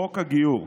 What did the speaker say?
חוק הגיור,